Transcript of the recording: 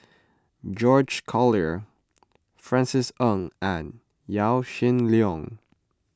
George Collyer Francis Ng and Yaw Shin Leong